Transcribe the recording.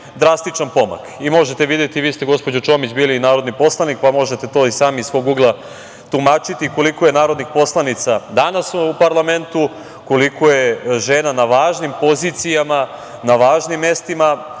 drastičan pomak. Možete videti, vi ste, gospođo Čomić, bili narodni poslanik, pa možete to i sami iz svog ugla tumačiti, koliko je narodnih poslanica danas u parlamentu, koliko je žena na važnim pozicijama, na važnim mestima